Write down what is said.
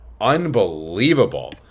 Unbelievable